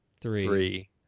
three